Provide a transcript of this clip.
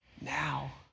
now